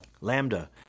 Lambda